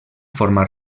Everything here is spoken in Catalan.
forma